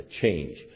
change